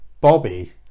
Bobby